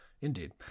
indeed